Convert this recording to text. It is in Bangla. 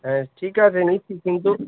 হ্যাঁ ঠিক আছে নিচ্ছি কিন্তু